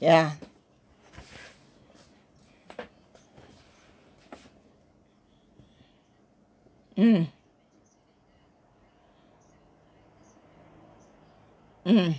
ya mm mm